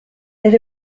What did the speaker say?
let